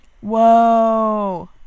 whoa